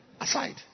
aside